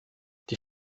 die